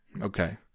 Okay